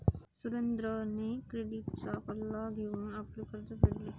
सुरेंद्रने क्रेडिटचा सल्ला घेऊन आपले कर्ज फेडले